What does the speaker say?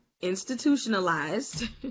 institutionalized